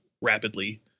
rapidly